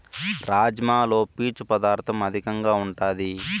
రాజ్మాలో పీచు పదార్ధం అధికంగా ఉంటాది